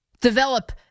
develop